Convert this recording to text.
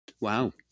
Wow